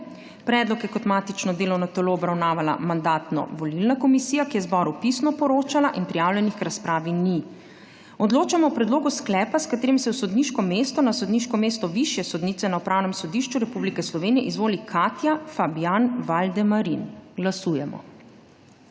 Predlog je kot matično delovno telo obravnavala Mandatno-volilna komisija, ki je zboru pisno poročala. Prijavljenih k razpravi ni. Odločamo o predlogu sklepa, s katerim se v sodniško funkcijo na sodniško mesto višje sodnice na Upravnem sodišču Republike Slovenije izvoli Alenka Dolinšek. Očitno imamo